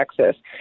texas